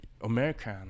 american